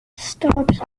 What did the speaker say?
stopped